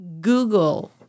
Google